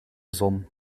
zon